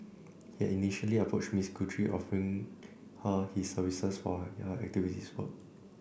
he had initially approached Miss Guthrie offering her his services for her activist work